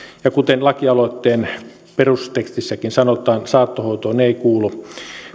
ja kuten lakialoitteen perustelutekstissäkin sanotaan saattohoitoon ei kuulu